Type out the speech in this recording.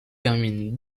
termine